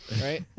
Right